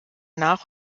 nach